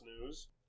news